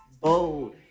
Bold